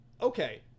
Okay